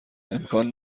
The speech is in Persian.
امکان